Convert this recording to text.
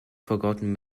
forgotten